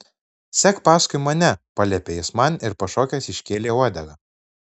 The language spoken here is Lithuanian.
sek paskui mane paliepė jis man ir pašokęs iškėlė uodegą